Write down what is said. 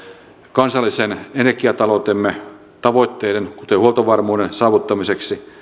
kansallisen energiataloutemme tavoitteiden kuten huoltovarmuuden saavuttamiseksi